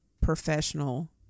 professional